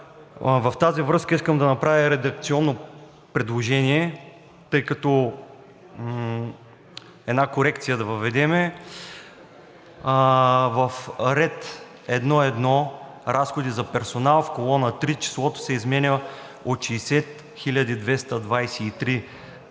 В тази връзка искам да направя редакционно предложение, една корекция да въведем: „в ред 1.1. „Разходи за персонал“ в колонка 3 числото се изменя от „60 223,7“